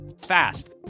fast